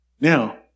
Now